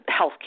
Healthcare